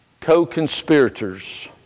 co-conspirators